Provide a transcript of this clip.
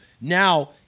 now